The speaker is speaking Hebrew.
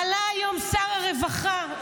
עלה היום שר הרווחה,